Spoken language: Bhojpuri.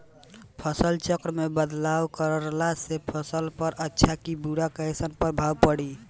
फसल चक्र मे बदलाव करला से फसल पर अच्छा की बुरा कैसन प्रभाव पड़ी?